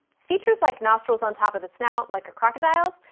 features like nostrils on top of the snout, like a crocodile's,